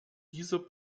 dieser